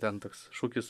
ten toks šūkis